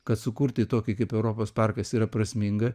kad sukurti tokį kaip europos parkas yra prasminga